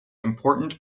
important